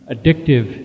Addictive